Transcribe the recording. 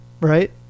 Right